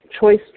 choice